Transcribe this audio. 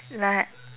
like